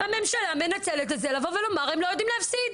והממשלה מנצלת את זה לבוא ולומר הם לא יודעים להפסיד.